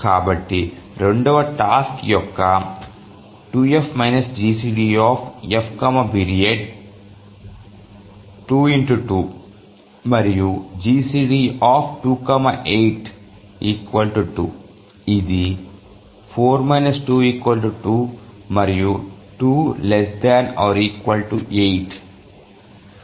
కాబట్టి రెండవ టాస్క యొక్క 2F-GCDFperiod 22 మరియు GCD28 2 ఇది 4 2 2 మరియు 2≤ 8